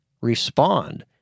respond